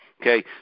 Okay